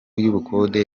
y’ubukode